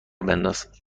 بنداز